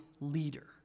leader